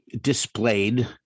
displayed